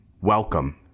Welcome